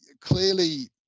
clearly